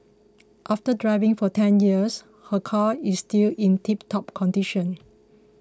after driving for ten years her car is still in tiptop condition